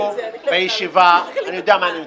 אני יודע מה אני מדבר.